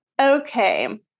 Okay